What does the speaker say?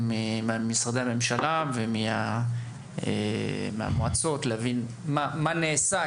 ממשרדי הממשלה ומהמועצות כדי שנבין מה נעשה.